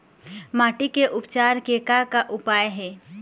माटी के उपचार के का का उपाय हे?